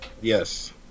Yes